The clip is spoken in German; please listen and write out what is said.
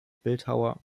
bildhauer